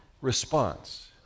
response